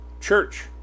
church